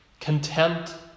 content